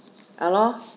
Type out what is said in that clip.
uh lor